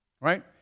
Right